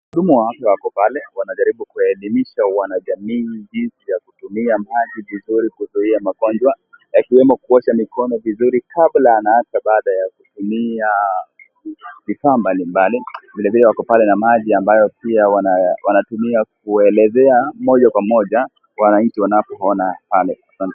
Wahudumu wa afya wako pale, wanajaribu kuwaelimisha wanajamii jinsi ya kutumia maji vizuri kuzuia magonjwa. Yakiwemo kuosha mikono vizuri kabla na hata baada ya kutumia vifaa mbalimbali. Vilevile wako pale na maji amabyo pia wanatumia kuelezea moja kwa moja wananchi wanapoona pale.